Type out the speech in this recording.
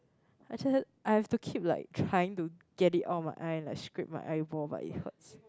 I have to keep like trying to get it out of my eye and I scrap my eyeball and it hurts